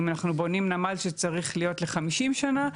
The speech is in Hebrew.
אם אנחנו בונים נמל שצריך להיות ל-50 שנה,